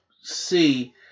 see